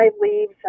leaves